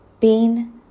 pain